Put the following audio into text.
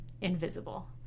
invisible